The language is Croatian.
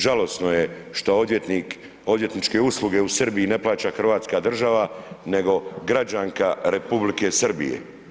Žalosno je šta odvjetnik, odvjetničke usluge u Srbiji ne plaća Hrvatska država nego građanka Republike Srbije.